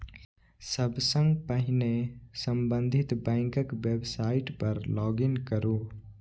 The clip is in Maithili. सबसं पहिने संबंधित बैंकक वेबसाइट पर लॉग इन करू